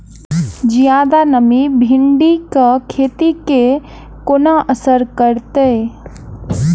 जियादा नमी भिंडीक खेती केँ कोना असर करतै?